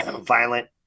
violent